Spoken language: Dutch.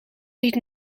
niet